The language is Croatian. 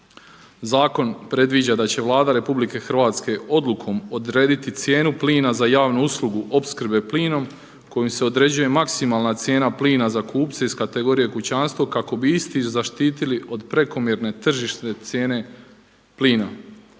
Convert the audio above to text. Zakon predviđa da će Vlada RH odlukom odrediti cijenu plina za javnu uslugu opskrbe plinom kojom se određuje maksimalna cijena plina za kupce iz kategorije kućanstvo kako bi isti zaštitili od prekomjerne tržišne cijene plina.